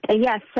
Yes